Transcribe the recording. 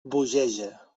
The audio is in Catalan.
bogeja